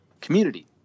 community